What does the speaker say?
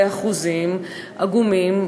לאחוזים עגומים,